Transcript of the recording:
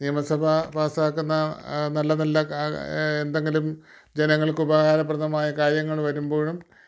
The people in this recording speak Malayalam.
നിയമസഭ പാസാക്കുന്ന നല്ല നല്ല എന്തെങ്കിലും ജനങ്ങൾക്ക് ഉപകാരപ്രദമായ കാര്യങ്ങൾ വരുമ്പോഴും